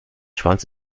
schwanz